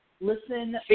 Listen